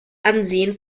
ansehen